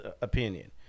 opinion